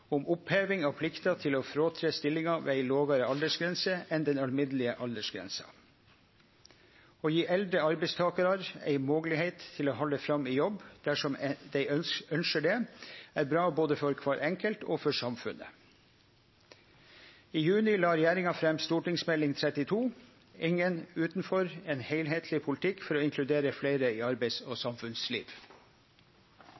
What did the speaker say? om oppheving av plikta til å fråtre stillinga ved ei lågare aldersgrense enn den alminnelege aldersgrensa. Å gje eldre arbeidstakarar ei moglegheit til å halde fram i jobb dersom dei ønskjer det, er bra både for kvar enkelt og for samfunnet. I juni la regjeringa fram Meld. St. 32 for 2020–2021, Ingen utenfor – en helhetlig politikk for å inkludere flere i arbeids- og